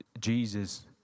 Jesus